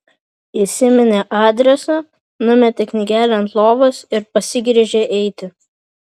įsiminė adresą numetė knygelę ant lovos ir pasigręžė eiti